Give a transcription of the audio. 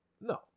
No